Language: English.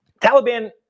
Taliban